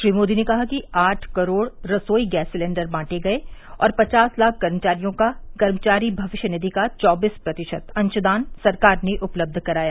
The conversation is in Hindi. श्री मोदी ने कहा कि आठ करोड़ रसोई गैस सिलेन्डर बांटे गये और पचास लाख कर्मचारियों का कर्मचारी भविष्य निधि का चौबीस प्रतिशत अंशदान सरकार ने उपलब्ध कराया